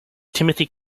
timothy